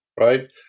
right